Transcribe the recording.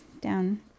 Down